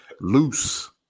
loose